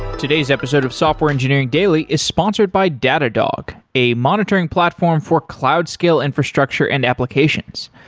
today's episode of software engineering daily is sponsored by datadog a monitoring platform for cloud scale infrastructure and applications.